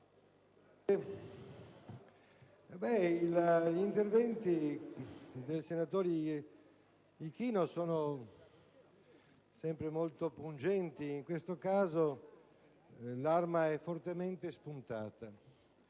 gli interventi del senatore Ichino sono sempre molto pungenti. In questo caso, l'arma è fortemente spuntata,